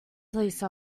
police